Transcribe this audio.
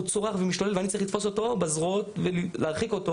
הוא צורח ומשתולל ואני צריך לתפוס אותו בזרועות ולהרחיק אותו,